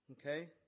Okay